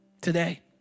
Today